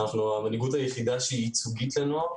אנחנו המנהיגות היחידה לנוער שהיא ייצוגית.